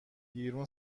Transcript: بیرون